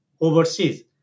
overseas